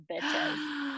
Bitches